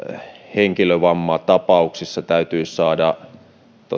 henkilövammatapauksissa täytyisi saada